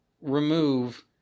remove